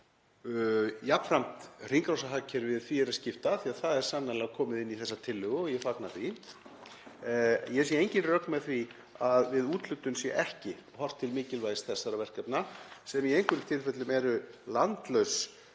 jafnframt hringrásarhagkerfið ef því er að skipta því að það er sannarlega komið inn í þessa tillögu og ég fagna því. Ég sé engin rök með því að við úthlutun sé ekki horft til mikilvægis þessara verkefna sem í einhverjum tilfellum eru landlaus